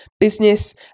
business